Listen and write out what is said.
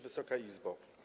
Wysoka Izbo!